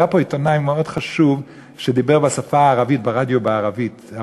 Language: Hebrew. מאוד חשוב, שדיבר בשפה הערבית, ברדיו בערבית.